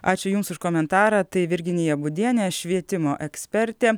ačiū jums už komentarą tai virginija būdienė švietimo ekspertė